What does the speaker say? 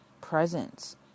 presence